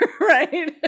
right